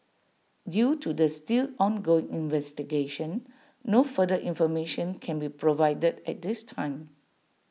due to the still ongoing investigation no further information can be provided at this time